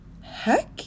Heck